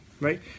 right